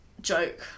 joke